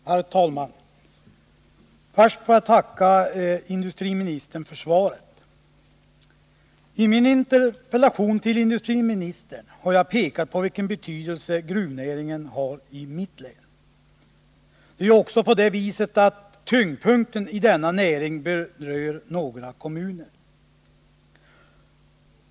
Herr talman! Först får jag tacka industriministern för svaret. I min interpellation till industriministern har jag pekat på vilken betydelse gruvnäringen har i mitt län. Det är också på det viset att tyngdpunkten i denna näring berör några kommuner.